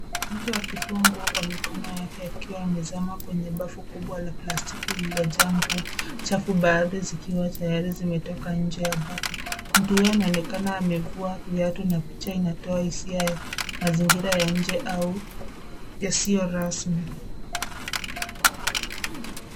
Mtu akifungwa kwa mikono yake akiwa amezama kwenye bafu kubwa la pastiki lililojaa nguo chafu baadhi zikiwa tayari zimetoka nje ya bafu. Mtu huyo anaonekana amevua viatu na picha inatoa mazingira ya nje au yasiyo rasmi.